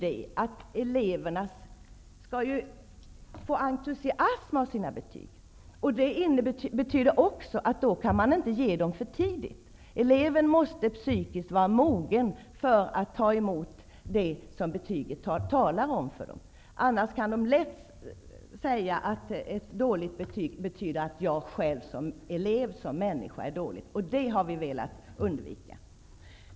Eleverna skall entusiasmeras av sina betyg. Det betyder också att betygen inte kan ges för tidigt. Eleven måste psykiskt vara mogen för att ta emot det budskap betygen har. Annars kan eleven lätt tolka att ett dåligt betyg innebär att eleven är dålig som människa. Det har vi velat undvika.